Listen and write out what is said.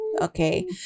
Okay